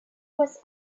was